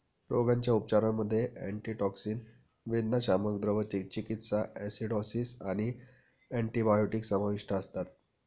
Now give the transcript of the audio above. रोगाच्या उपचारांमध्ये अँटीटॉक्सिन, वेदनाशामक, द्रव चिकित्सा, ॲसिडॉसिस आणि अँटिबायोटिक्स समाविष्ट असतात